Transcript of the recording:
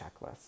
checklist